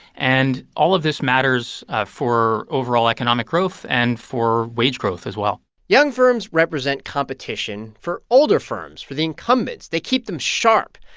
and all of this matters ah for overall economic growth and for wage growth as well young firms represent competition for older firms, for the incumbents. they keep them sharp.